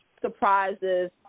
surprises